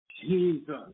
Jesus